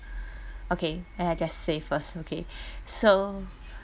okay then I just say first okay so